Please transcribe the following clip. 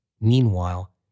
Meanwhile